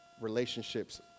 relationships